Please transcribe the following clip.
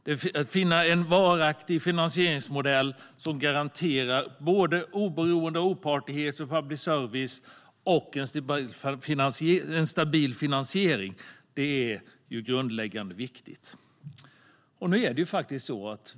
Att finna en varaktig finansieringsmodell som garanterar både oberoende och opartiskhet för public service och en stabil finansiering är grundläggande och viktigt.